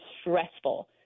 stressful